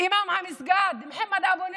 אימאם המסגד מוחמד אבו ניג'ם,